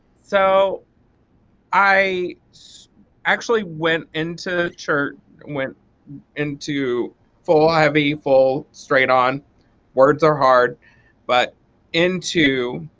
so i actually went into church went into full heavy full straight on words, are hard but into